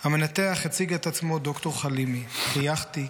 המנתח הציג עצמו ד"ר חלימי / חייכתי,